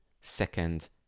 Second